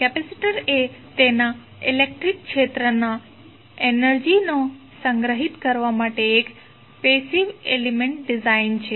તો કેપેસિટર એ તેના ઇલેક્ટ્રિક ક્ષેત્રમાં એનર્જી સંગ્રહિત કરવા માટે એક પેસિવ એલિમેન્ટ્ ડિઝાઇન છે